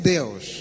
Deus